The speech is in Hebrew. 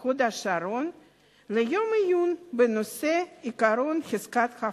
בהוד-השרון ליום עיון בנושא עקרון חזקת החפות.